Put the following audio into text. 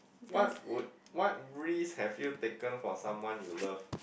what would what risk have you taken for someone you love